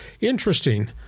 Interesting